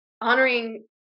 honoring